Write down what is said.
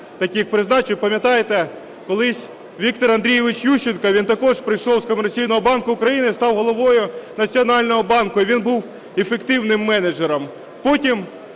таких призначень. Ви пам'ятаєте, колись Віктор Андрійович Ющенко він також прийшов з комерційного банку України і став Головою Національного банку, і він був ефективним менеджером. Потім